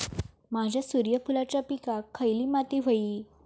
माझ्या सूर्यफुलाच्या पिकाक खयली माती व्हयी?